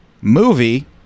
movie